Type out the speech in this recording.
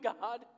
God